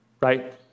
Right